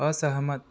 असहमत